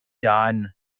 done